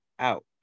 Out